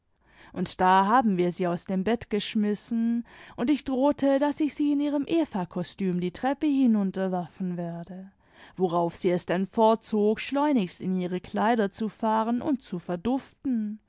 und da haben wir sie aus dem bett geschmissen und ich drohte daß ich sie in ihrem evakostüm die treppen hinimterwerfen werde worauf sie es denn vorzog schleunigst in ihre kleider zu fahren und zu verduften